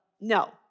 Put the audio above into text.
No